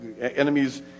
enemies